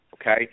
Okay